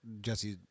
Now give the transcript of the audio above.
Jesse